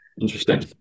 interesting